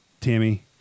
Tammy